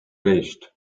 rest